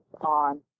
on